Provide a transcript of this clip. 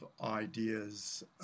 ideas